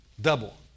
Double